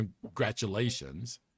congratulations